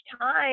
time